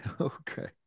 okay